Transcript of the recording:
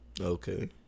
Okay